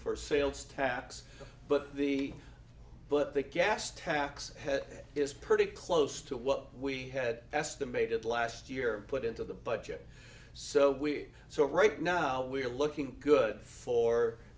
for sales tax but the but the gas tax is pretty close to what we had estimated last year put into the budget so we so right now we're looking good for